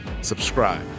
subscribe